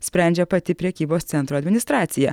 sprendžia pati prekybos centro administracija